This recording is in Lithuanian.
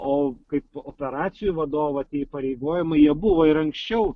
o kaip operacijų vadovo tie įpareigojimai jie buvo ir anksčiau